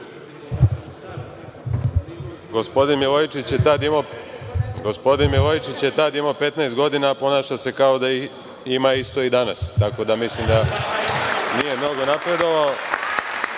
Gospodin Milojičić je tada imao 15 godina, a ponaša se kao da ima isto i danas, tako da mislim da nije mnogo napredovao.